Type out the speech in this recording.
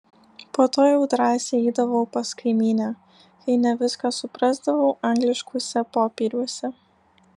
po to jau drąsiai eidavau pas kaimynę kai ne viską suprasdavau angliškuose popieriuose